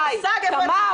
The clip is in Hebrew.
תמר